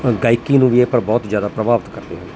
ਗਾਇਕੀ ਨੂੰ ਵੀ ਇਹ ਪਰ ਬਹੁਤ ਜ਼ਿਆਦਾ ਪ੍ਰਭਾਵਿਤ ਕਰਦੇ ਹਨ